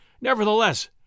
Nevertheless